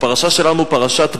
הפרשה שלנו, פרשת בא,